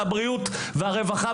הבריאות והרווחה,